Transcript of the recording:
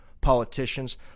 politicians